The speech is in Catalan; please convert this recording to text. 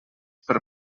per